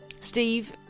Steve